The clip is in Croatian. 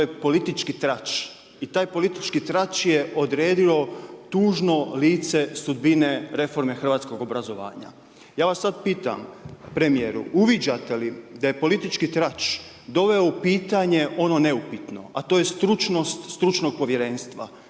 to je politički trač. I taj politički trač je odredio tužno lice sudbine reforme hrvatskog obrazovanja. Ja vas sad pitam premijeru, uviđate li da je politički trač doveo u pitanje ono neupitno a to je stručnost stručnog povjerenstva.